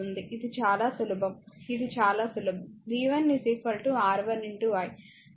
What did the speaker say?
ఇది చాలా సులభం ఇది చాలా సులభం v1 R1 i